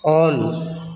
on